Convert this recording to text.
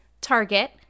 Target